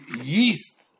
yeast